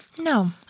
No